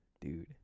Dude